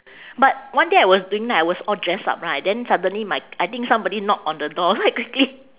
but one day I was doing and I was all dress up right then suddenly my I think somebody knock on the door so I quickly